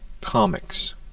comics